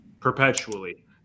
perpetually